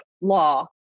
law